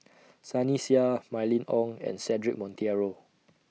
Sunny Sia Mylene Ong and Cedric Monteiro